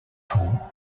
tool